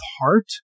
heart